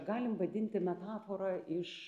galim vadinti metafora iš